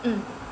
hmm